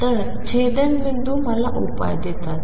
तर छेदनबिंदू मला उपाय देतात